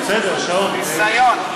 ביזיון.